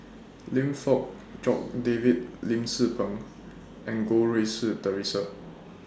Lim Fong Jock David Lim Tze Peng and Goh Rui Si Theresa